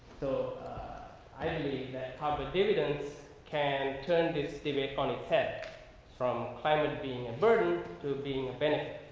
so i need that competence can turn this debate on its head from climate being a burden to being a benefit.